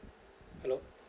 hello